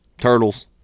Turtles